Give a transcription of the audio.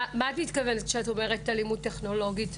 למה את מתכוונת כשאת אומרת אלימות טכנולוגית?